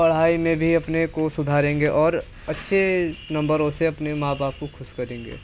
पढ़ाई में भी अपने को सुधारेंगे और अच्छे नम्बरों से अपने माँ बाप को ख़ुश करेंगे